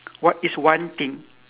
what is one thing